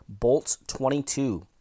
BOLTS22